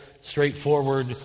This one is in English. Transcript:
straightforward